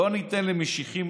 לא ניתן למשיחיים